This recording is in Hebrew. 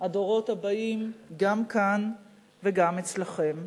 הדורות הבאים גם כאן וגם אצלכם.